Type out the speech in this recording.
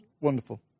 wonderful